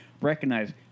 recognize